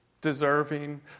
deserving